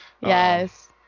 Yes